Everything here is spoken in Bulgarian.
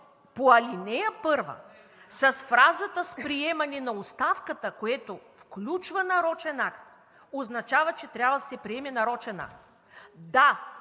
по ал. 1 фразата: „с приемане на оставката“, което включва нарочен акт, означава, че трябва да се приеме нарочен акт. Да,